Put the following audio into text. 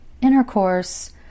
intercourse